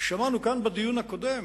שמענו כאן בדיון הקודם,